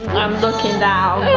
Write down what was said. i'm looking down